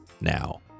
now